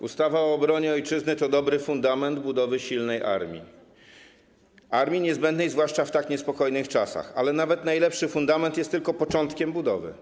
Ustawa o obronie Ojczyzny to dobry fundament budowy silnej armii, armii niezbędnej zwłaszcza w tak niespokojnych czasach, ale nawet najlepszy fundament jest tylko początkiem budowy.